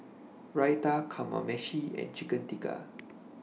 Raita Kamameshi and Chicken Tikka